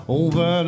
over